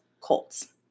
Colts